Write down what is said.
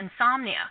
insomnia